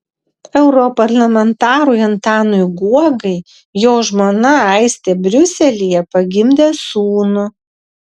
europarlamentarui antanui guogai jo žmona aistė briuselyje pagimdė sūnų